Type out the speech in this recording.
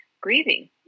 grieving